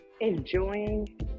enjoying